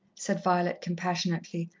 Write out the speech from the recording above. said violet compassionately.